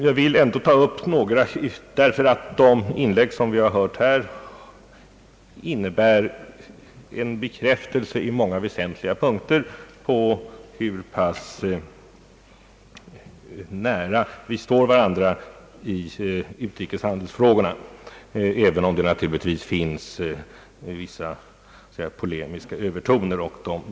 Jag vill ändå ta upp några frågor, eftersom de gjorda inläggen på många väsentliga punkter innebär en bekräftelse på hur pass nära vi står varandra i utrikeshandelsspörsmålen, även om det naturligtvis finns vissa polemiska övertoner.